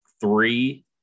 three